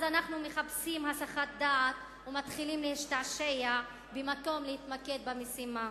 אז אנחנו מחפשים הסחת דעת ומתחילים להשתעשע במקום להתמקד במשימה.